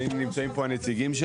שהיא תאגיד,